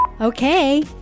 Okay